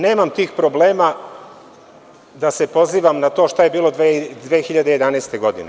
Nemam tih problema da se pozivam na to šta je bilo 2011. godine.